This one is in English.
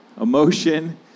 emotion